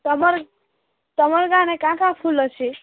ତୁମର୍ ତୁମର୍ ଗାଁରେ କାଁ କାଁ ଫୁଲ୍ ଅଛି